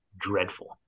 dreadful